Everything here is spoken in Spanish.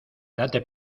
date